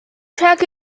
track